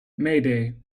mayday